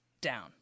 down